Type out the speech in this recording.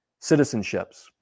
citizenships